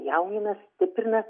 jaunina stiprina